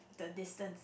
the distance